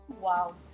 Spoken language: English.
Wow